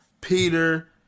Peter